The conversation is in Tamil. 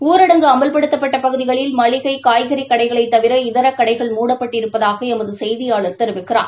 ஊரடங்கு அமல்படுத்தப்பட்ட பகுதிகளில் மளிகை காய்கறி கடைகளைத் தவிர இதர கடைகள் மூடப்பட்டிருப்பதாக எமது செய்தியாளர் தெரிவிக்கிறார்